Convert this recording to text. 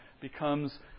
becomes